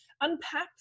Unpack